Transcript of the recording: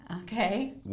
Okay